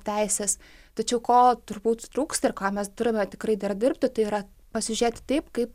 teises tačiau ko turbūt trūksta ir ką mes turime tikrai dar dirbti tai yra pasižiūrėti taip kaip